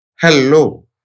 hello